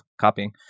copying